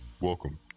Welcome